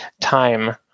time